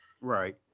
Right